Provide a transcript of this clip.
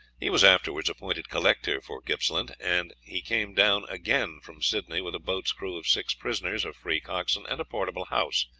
he was afterwards appointed collector for gippsland, and he came down again from sydney with a boat's crew of six prisoners, a free coxswain, and a portable house,